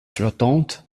flottante